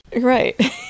Right